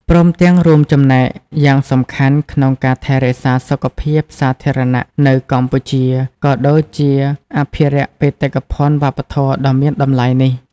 ព្រមទាំងរួមចំណែកយ៉ាងសំខាន់ក្នុងការថែរក្សាសុខភាពសាធារណៈនៅកម្ពុជា ក៏ដូចជាអភិរក្សបេតិកភណ្ឌវប្បធម៌ដ៏មានតម្លៃនេះ។